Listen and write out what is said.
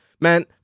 Man